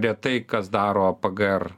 retai kas daro pgr